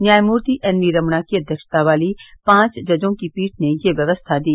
न्यायमूर्ति N V Ramana की अध्यक्षता वाली पांच जजों की पीठ ने यह व्यवस्था दी